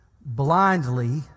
blindly